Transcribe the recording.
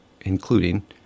including